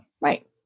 right